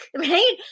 right